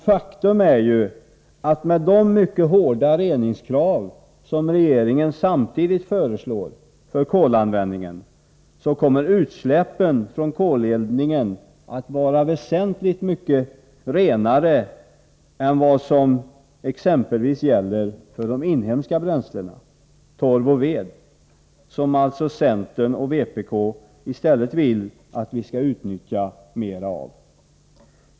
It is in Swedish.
Faktum är ju att med de mycket hårda reningskrav som regeringen samtidigt föreslår för kolanvändningen, kommer utsläppen från koleldningen att vara väsentligt mycket renare än vad som exempelvis gäller för de inhemska bränslen, torv och ved, som centern och vpk vill att vi i stället skall utnyttja mera.